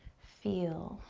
feel.